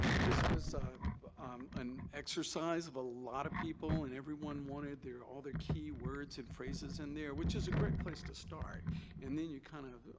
this was an exercise of a lot of people and everyone wanted their. all their keywords and phrases in there which is a great place to start and then you kind of